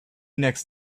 next